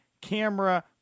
camera